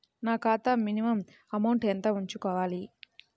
నా ఖాతా minimum amount ఎంత ఉంచుకోవాలి?